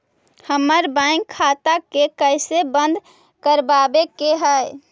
हमर बैंक खाता के कैसे बंद करबाबे के है?